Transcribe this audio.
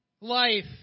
Life